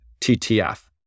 TTF